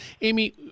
Amy